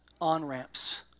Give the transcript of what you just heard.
on-ramps